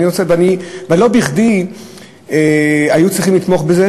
ולא בכדי היו צריכים לתמוך בזה,